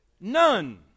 None